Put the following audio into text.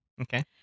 Okay